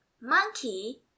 Monkey